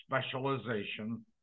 specialization